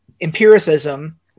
empiricism